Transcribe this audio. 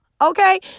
okay